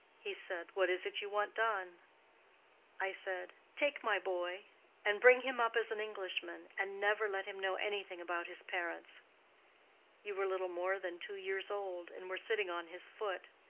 he said what is it you want done i said, take my boy and bring him up as an englishman, and never let him know anything about his parents you were little more than two years old, and were sitting on his foot.